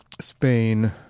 Spain